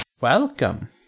Welcome